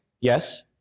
Yes